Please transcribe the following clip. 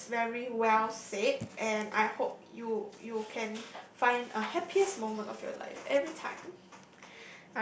that is very well said and I hope you you can find a happiest moment of your life everytime